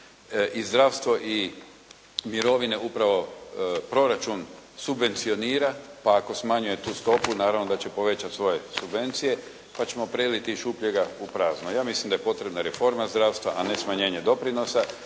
I zdravstvo i mirovine upravo proračun subvencionira, pa ako smanjuje tu stopu naravno da će povećati svoje subvencije pa ćemo preliti iz šupljega u prazno. Ja mislim da je potrebna reforma zdravstva, a ne smanjenje doprinosa